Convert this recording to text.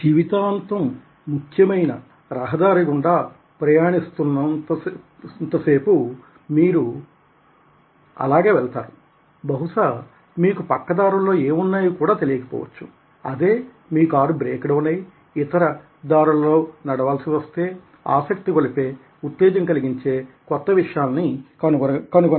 జీవితాంతం ముఖ్యమైన రహదారి గుండా ప్రయాణిస్తున్న సేపు మీరు అలాగే వెళ్తారు బహుశా మీకు పక్క దారుల్లో ఏమున్నాయి కూడా తెలియకపోవచ్చు అదే మీ కారు బ్రేక్ డౌన్ ఐ ఇతర దారుల లో నడవాల్సి వస్తే ఆసక్తిగొలిపే ఉత్తేజం కలిగించే కొత్త విషయాలని కనుగొనగలరు ఏమో